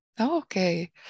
okay